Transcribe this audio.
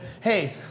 Hey